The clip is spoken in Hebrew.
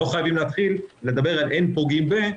לא חייבים להתחיל לדבר על "אין פוגעים ב-",